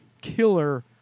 killer